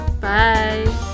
Bye